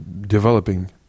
developing